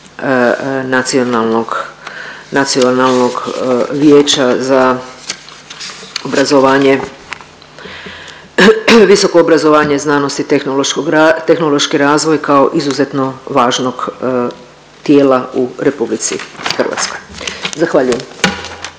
Nacionalnog vijeća za visoko obrazovanje, znanost i tehnološki razvoj kao izuzetno važnog tijela u RH. Zahvaljujem.